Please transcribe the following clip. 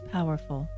Powerful